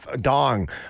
Dong